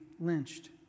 lynched